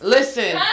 Listen